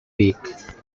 week